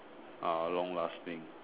are long lasting